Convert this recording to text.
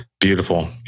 beautiful